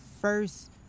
first